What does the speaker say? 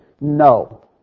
No